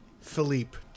Philippe